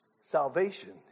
Salvation